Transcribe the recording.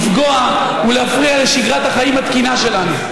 לפגוע ולהפריע לשגרת החיים התקינה שלנו.